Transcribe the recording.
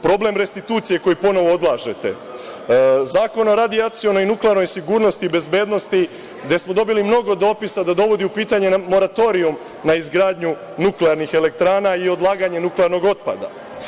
Problem restitucije koji ponovo odlažete, zakon o radijacionoj i nuklearnoj sigurnosti bezbednosti gde smo dobili mnogo dopisa, da dovodi u pitanje moratorijum na izgradnju nuklearnih elektrana i odlaganje nuklearnog otpada.